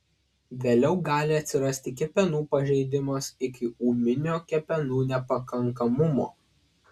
vėliau gali atsirasti kepenų pažeidimas iki ūminio kepenų nepakankamumo